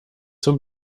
zum